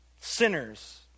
sinners